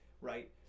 right